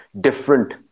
different